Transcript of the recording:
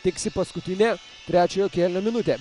tiksi paskutinė trečiojo kėlinio minutė